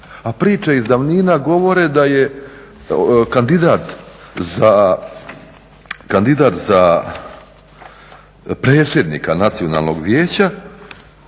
a Priče iz davnina govore da je kandidat za predsjednika Nacionalnog vijeća,